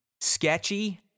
sketchy